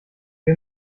wir